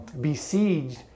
besieged